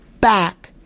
back